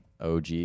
OG